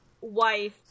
wife